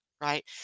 right